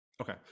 Okay